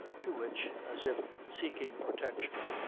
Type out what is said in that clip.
to which, as if seeking protection,